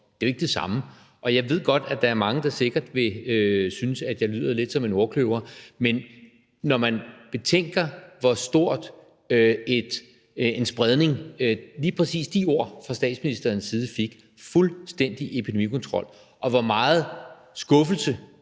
er jo ikke det samme. Jeg ved godt, at der er mange, der sikkert vil synes, at jeg lyder lidt som en ordkløver, men når man betænker, hvor stor en spredning lige præcis de ord fuldstændig epidemikontrol fra statsministerens side fik, og hvor meget skuffelse